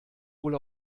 wohl